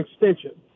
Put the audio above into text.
extension